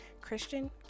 Christian